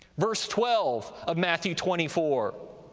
verse twelve of matthew twenty four.